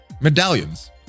medallions